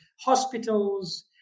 hospitals